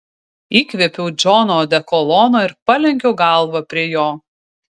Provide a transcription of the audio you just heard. įkvėpiau džono odekolono ir palenkiau galvą prie jo